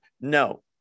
no